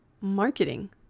marketing